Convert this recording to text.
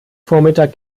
vormittag